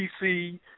PC